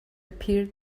appeared